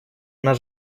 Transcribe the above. наш